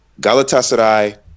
Galatasaray